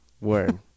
Word